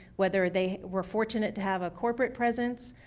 whether they were fortunate to have a corporate presence,